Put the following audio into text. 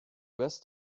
best